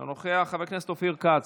אינה נוכחת; חבר הכנסת בצלאל סמוטריץ'